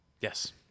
Yes